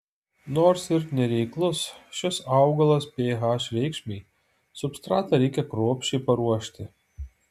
nors ir nereiklus šis augalas ph reikšmei substratą reikia kruopščiai paruošti